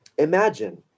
imagine